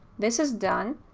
this is done.